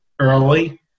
early